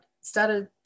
started